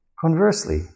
Conversely